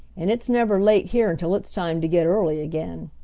and it's never late here until it's time to get early again.